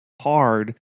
hard